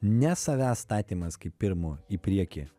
ne savęs statymas kaip pirmo į priekį